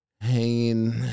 hanging